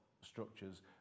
structures